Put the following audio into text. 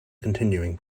continuing